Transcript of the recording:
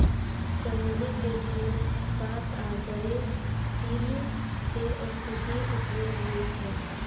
चमेली के फूल, पात आ जड़ि, तीनू के औषधीय उपयोग होइ छै